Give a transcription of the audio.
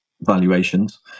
valuations